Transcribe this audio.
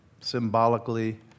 symbolically